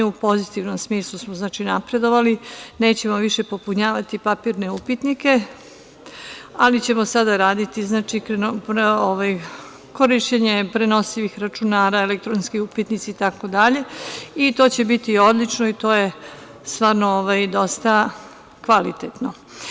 U pozitivnom smislu smo napredovali, nećemo više popunjavati papirne upitnike, ali ćemo sada raditi korišćenje prenosivih računara, elektronski upitnici itd, i to će biti odlično i to je stvarno dosta kvalitetno.